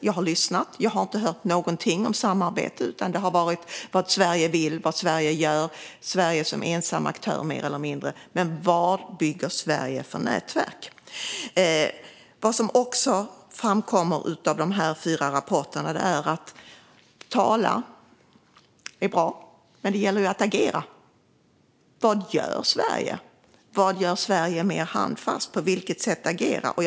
Jag har lyssnat, men jag har inte hört någonting om samarbete. Det har i stället handlat om vad Sverige - mer eller mindre som ensam aktör - vill och om vad Sverige gör. Men vilket nätverk bygger Sverige? Vad som också framkommer av dessa fyra rapporter är följande: Tala är bra, men det gäller ju att agera. Vad gör Sverige? Vad gör Sverige mer handfast? På vilket sätt agerar Sverige?